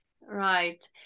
Right